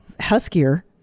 huskier